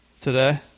today